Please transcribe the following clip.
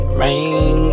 rain